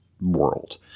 world